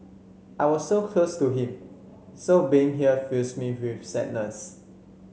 I was so close to him so being here fills me with sadness